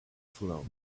float